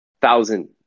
thousand